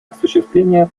осуществления